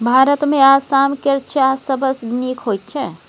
भारतमे आसाम केर चाह सबसँ नीक होइत छै